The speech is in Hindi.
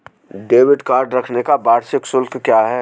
डेबिट कार्ड रखने का वार्षिक शुल्क क्या है?